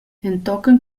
entochen